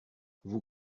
vous